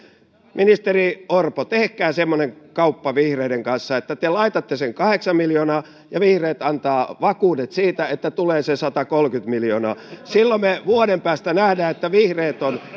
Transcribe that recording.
ministeri orpo tehkää semmoinen kauppa vihreiden kanssa että te laitatte sen kahdeksan miljoonaa ja vihreät antavat vakuudet siitä että tulee se satakolmekymmentä miljoonaa silloin me vuoden päästä näemme että vihreät ovat